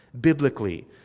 biblically